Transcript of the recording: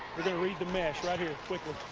read the mesh right here quickly.